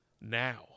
now